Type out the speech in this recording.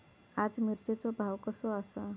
आज मिरचेचो भाव कसो आसा?